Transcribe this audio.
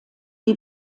die